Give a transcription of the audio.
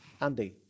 Andy